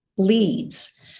Leads